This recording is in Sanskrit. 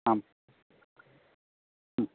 आम् आम्